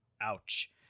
Ouch